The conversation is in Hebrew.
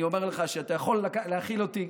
אני אומר לך שאתה יכול להכיל אותי.